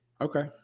Okay